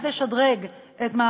כמובן,